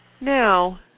Now